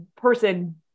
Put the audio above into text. person